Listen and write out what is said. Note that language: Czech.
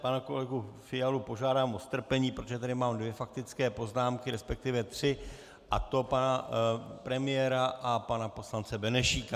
Pana kolegu Fialu požádám o strpení, protože tady mám dvě faktické poznámky, respektive tři, a to pana premiéra a pana poslance Benešíka.